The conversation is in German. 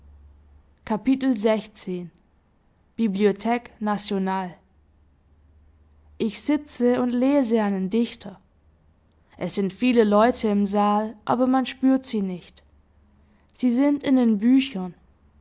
ich sitze und lese einen dichter es sind viele leute im saal aber man spürt sie nicht sie sind in den büchern